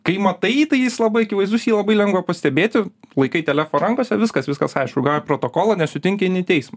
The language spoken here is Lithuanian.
kai matai tai jis labai akivaizdus jį labai lengva pastebėti laikai telefą rankose viskas viskas aišku protokolą nesutinki eini į teismą